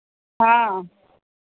हाँ